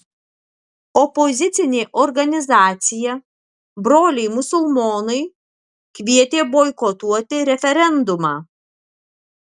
opozicinė organizacija broliai musulmonai kvietė boikotuoti referendumą